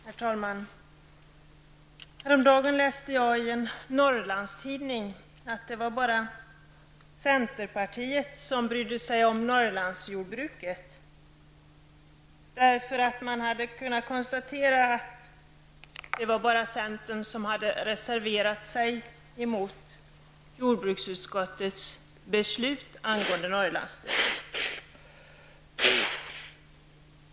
Herr talman! Häromdagen läste jag i en Norrlandstidning att det var bara centerpartiet som brydde sig om Norrlandsjordbruket, därför att man hade kunnat konstatera att det var bara centern som hade reserverat sig mot jordbruksutskottets beslut angående Norrlandsstödet.